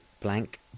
Blank